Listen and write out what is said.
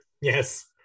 Yes